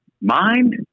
mind